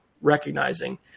recognizing